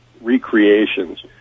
recreations